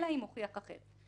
אלא אם הוכיח אחרת.